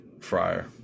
Fryer